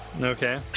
Okay